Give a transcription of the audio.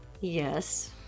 yes